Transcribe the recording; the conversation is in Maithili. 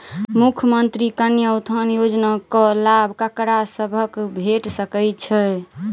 मुख्यमंत्री कन्या उत्थान योजना कऽ लाभ ककरा सभक भेट सकय छई?